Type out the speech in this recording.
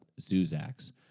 Zuzak's